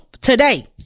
today